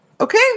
Okay